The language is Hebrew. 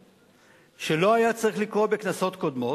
שלא היה צריך לקרות בכנסות קודמות,